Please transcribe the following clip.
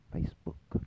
Facebook